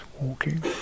walking